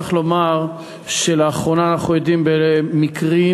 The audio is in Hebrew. צריך לומר שלאחרונה אנחנו עדים למקרים